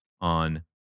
on